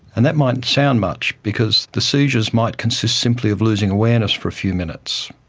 and that mightn't sound much because the seizures might consist simply of losing awareness for a few minutes.